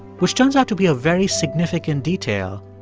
which turns out to be a very significant detail,